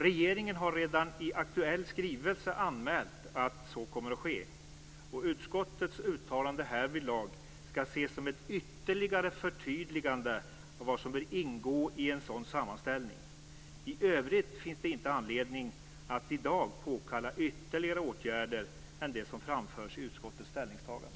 Regeringen har redan i den aktuella skrivelsen anmält att så kommer att ske. Utskottets uttalande härvidlag skall ses som ett ytterligare förtydligande av vad som bör ingå i en sådan sammanställning. I övrigt finns det inte anledning att i dag påkalla ytterligare åtgärder än de som framförs i utskottets ställningstagande.